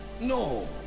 no